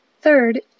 Third